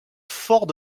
fort